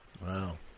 Wow